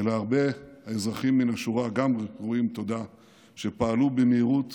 ולהרבה אזרחים מן השורה, שפעלו במהירות